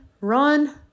run